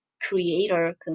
creator